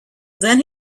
then